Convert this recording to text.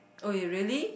oh really